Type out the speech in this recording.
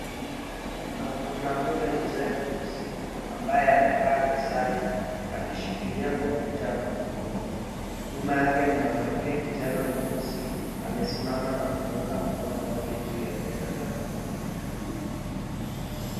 Mwanamume mzee mweusi ambaye amekaa mezani akishikilia kompyuta mkononi, nyuma yake mwanamke kijana mweusi amesimama na kumuweka mkono wake juu ya peka la mwanaume huyu.